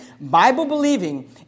Bible-believing